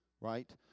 right